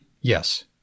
Yes